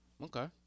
Okay